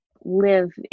live